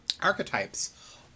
Archetypes